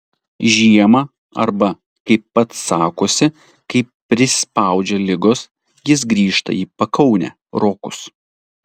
žiemą arba kaip pats sakosi kai prispaudžia ligos jis grįžta į pakaunę rokus